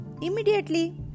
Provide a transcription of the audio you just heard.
immediately